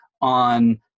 on